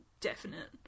definite